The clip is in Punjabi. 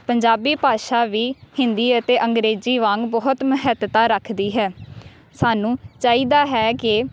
ਪੰਜਾਬੀ ਭਾਸ਼ਾ ਵੀ ਹਿੰਦੀ ਅਤੇ ਅੰਗਰੇਜ਼ੀ ਵਾਂਗ ਬਹੁਤ ਮਹੱਤਤਾ ਰੱਖਦੀ ਹੈ ਸਾਨੂੰ ਚਾਹੀਦਾ ਹੈ ਕਿ